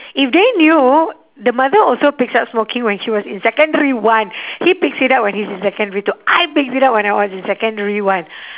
if they knew the mother also picks up smoking when she was in secondary one he picks it up when he's in secondary two I picked it up when I was in secondary one